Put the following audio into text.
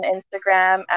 Instagram